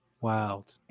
Wild